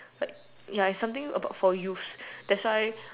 like ya it's something about for youths that's why